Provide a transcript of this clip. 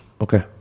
Okay